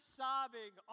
sobbing